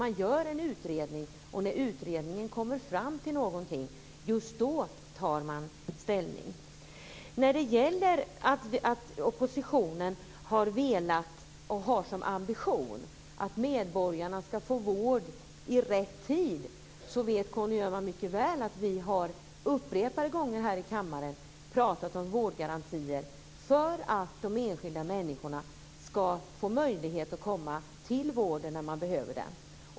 Man gör en utredning, och när utredningen kommer fram till någonting tar man ställning just då. När det gäller att oppositionen vill och har som ambition att medborgarna ska få vård i rätt tid vet Conny Öhman mycket väl att vi upprepade gånger här i kammaren har pratat om vårdgarantier, för att de enskilda människorna ska få möjlighet att komma till vården när de behöver den.